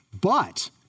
But-